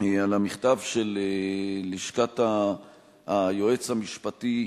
על המכתב של לשכת היועץ המשפטי,